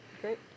Great